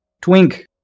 Twink